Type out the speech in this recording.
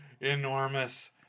enormous